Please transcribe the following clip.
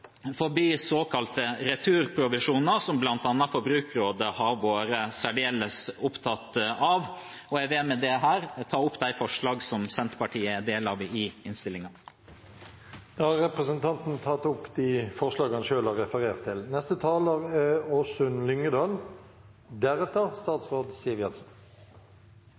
såkalte returprovisjoner, som bl.a. Forbrukerrådet har vært særdeles opptatt av. Jeg vil med dette ta opp de forslag som Senterpartiet er med på i innstillingen. Representanten Sigbjørn Gjelsvik har tatt opp de forslagene han refererte til. Arbeiderpartiet slutter seg til